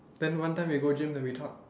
then one time we go gym then we talk